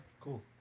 cool